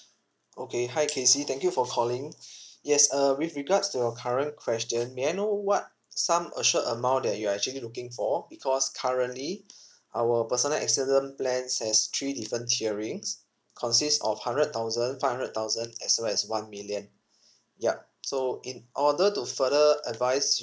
okay hi casey thank you for calling yes uh with regards to your current question may I know what sum assured amount that you're actually looking for because currently our personal accident plans has three different tierings consists of hundred thousand five hundred thousand as well as one million yup so in order to further advise